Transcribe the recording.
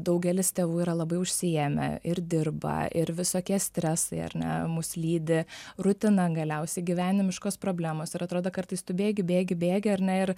daugelis tėvų yra labai užsiėmę ir dirba ir visokie stresai ar ne mus lydi rutina galiausiai gyvenimiškos problemos ir atrodo kartais tu bėgi bėgi bėgi ar ne ir